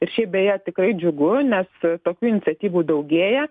ir šiaip beje tikrai džiugu nes tokių iniciatyvų daugėja